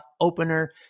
opener